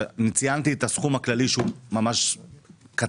ציינתי את הסכום הכללי שהוא ממש קטן